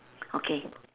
okay